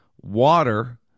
water